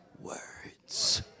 words